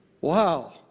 Wow